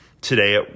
Today